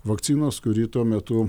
vakcinos kuri tuo metu